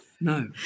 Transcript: No